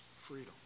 freedom